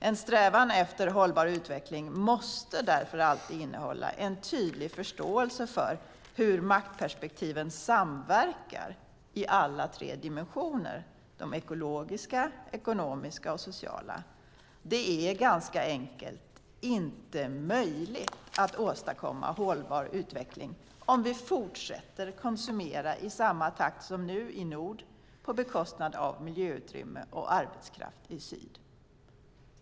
En strävan efter hållbar utveckling måste därför alltid innehålla en tydlig förståelse för hur maktperspektiven samverkar i alla tre dimensionerna: den ekologiska, den ekonomiska och den sociala. Det är helt enkelt inte möjligt att åstadkomma hållbar utveckling om vi fortsätter att konsumera i samma takt som nu i nord på bekostnad av miljöutrymme och arbetskraft i syd.